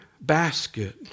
basket